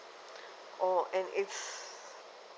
oh and it's